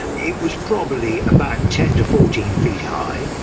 it was probably about ten to fourteen feet high,